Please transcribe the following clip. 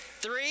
Three